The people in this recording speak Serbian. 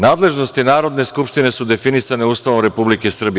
Nadležnosti Narodne skupštine su definisane Ustavom Republike Srbije.